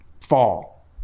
fall